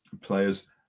players